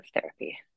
therapy